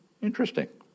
interesting